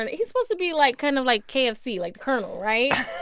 and he's supposed to be like, kind of like, kfc, like, colonel, right?